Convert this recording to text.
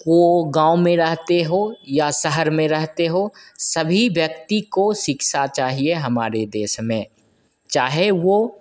वो गाँव में रहते हो या शहर में रहते हो सभी व्यक्ति को शिक्षा चाहिए हमारे देश में चाहे वो